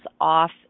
off